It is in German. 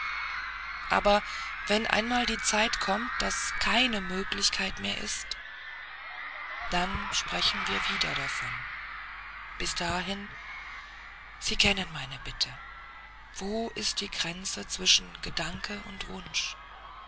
aber wenn einmal die zeit kommt daß keine möglichkeit mehr ist dann sprechen wir wieder davon bis dahin sie kennen meine bitte wo ist die grenze zwischen gedanke und wunsch